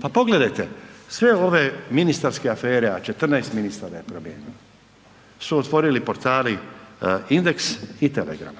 Pa pogledajte, sve ove ministarske afere, a 14 ministara je promijenilo su otvorili portali „Indeks“ i „Telegram“,